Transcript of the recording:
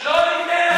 אנחנו לא ניתן לכם.